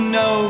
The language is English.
no